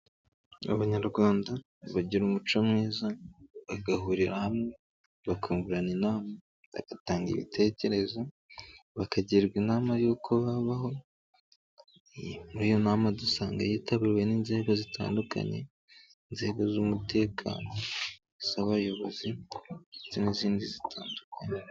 Abanyarwanda bagira umuco mwiza, bagahurira hamwe bakungurana inama bagatanga ibitekerezo, bakagirwa inama y'uko babaho muri iyo nama dusanga yitabiwe n'inzego zitandukanye, inzego z'umutekano, iz'abayobozi n'izindi zitandukanye.